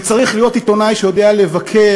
וצריך להיות עיתונאי שיודע לבקר,